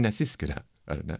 nesiskiria ar ne